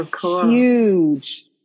huge